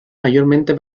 mayormente